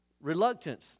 reluctance